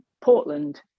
Portland